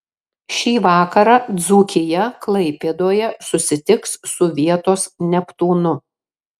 šį vakarą dzūkija klaipėdoje susitiks su vietos neptūnu